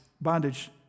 Bondage